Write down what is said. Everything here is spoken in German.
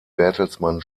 bertelsmann